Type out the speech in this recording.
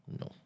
No